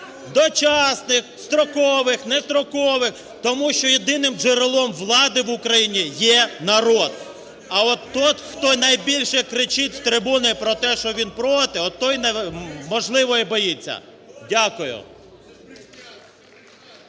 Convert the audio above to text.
дочасних, строкових, нестрокових, тому що єдиним джерелом влади в Україні є народ. А от той, хто найбільше кричить з трибуни про те, що він проти, от той, можливо, і боїться. Дякую.